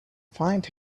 find